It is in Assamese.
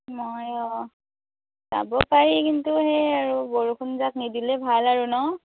যাব পাৰি কিন্তু সেই আৰু বৰষুণজাক নিদিলে ভাল আৰু ন'